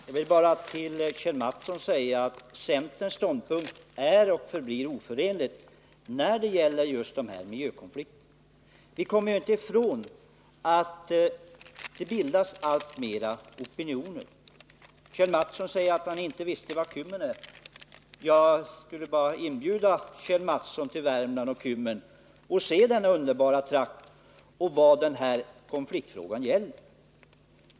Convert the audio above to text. Fru talman! Jag vill bara till Kjell Mattsson säga att centerns ståndpunkter är och förblir oförenliga när det gäller dessa miljökonflikter. Vi kommer inte från att det allt oftare bildas opinion. Kjell Mattsson sade att han inte visste vad Kymmen var. Jag vill inbjuda Kjell Mattsson till Värmland och Kymmen för att se denna underbara trakt och förstå vad denna konfliktfråga gäller.